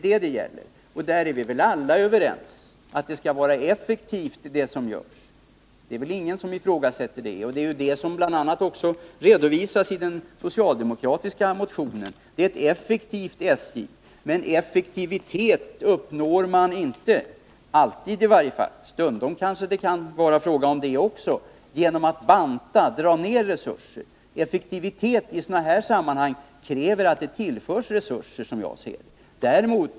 Och alla är väl överens om att det som görs skall vara effektivt, det är ingen som ifrågasätter det. Det är bl.a. det vi redovisar i den socialdemokratiska motionen. SJ skall vara effektivt. Man uppnår inte alltid effektivitet, men stundom gör man det genom att banta, dra ner resurser. Effektivitet i sådana här sammanhang kräver dock att det tillförs resurser.